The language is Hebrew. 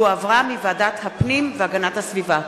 שהחזירה ועדת הפנים והגנת הסביבה.